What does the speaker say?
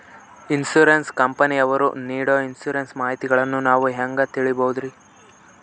Insurance ಕಂಪನಿಯವರು ನೇಡೊ insurance ಮಾಹಿತಿಗಳನ್ನು ನಾವು ಹೆಂಗ ತಿಳಿಬಹುದ್ರಿ?